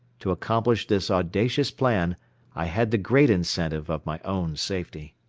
to accomplish this audacious plan i had the great incentive of my own safety.